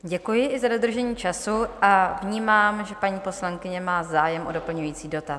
Děkuji za dodržení času a vnímám, že paní poslankyně má zájem o doplňující dotaz.